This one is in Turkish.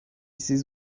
siz